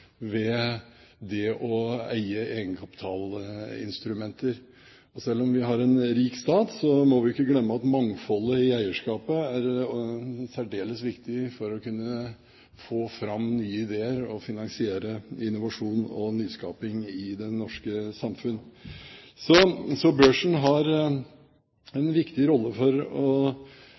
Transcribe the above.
ved det å eie egenkapitalinstrumenter. Selv om vi har en rik stat, må vi ikke glemme at mangfoldet i eierskapet er særdeles viktig for å kunne få fram nye ideer og finansiere innovasjon og nyskaping i det norske samfunn. Så børsen har en viktig rolle for både å